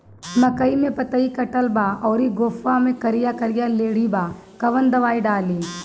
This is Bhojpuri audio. मकई में पतयी कटल बा अउरी गोफवा मैं करिया करिया लेढ़ी बा कवन दवाई डाली?